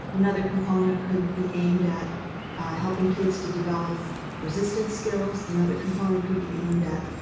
another component could be aimed at helping kids to develop resistance skills. another component could be aimed at